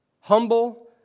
Humble